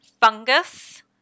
fungus